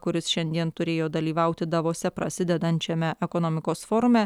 kuris šiandien turėjo dalyvauti davose prasidedančiame ekonomikos forume